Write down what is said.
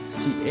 see